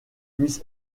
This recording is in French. miss